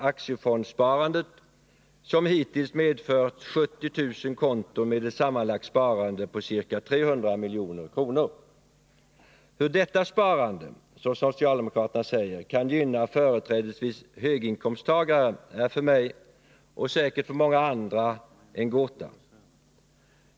aktiefondsparandet, som hittills medfört 70 000 konton med ett sammanlagt sparande Hur detta sparande, som socialdemokraterna säger, kan gynna företrädesvis höginkomsttagare är för mig och säkert för många andra en gåta.